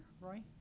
Roy